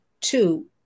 Two